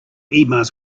emails